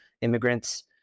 immigrants